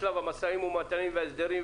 בשלב המשא ומתן וההסדרים,